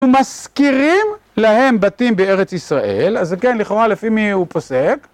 ומשכירים להם בתים בארץ ישראל, אז כן, לכאורה לפי מי הוא פוסק.